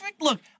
look